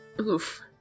Oof